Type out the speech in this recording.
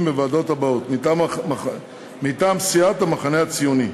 בוועדות הבאות: מטעם סיעת המחנה הציוני,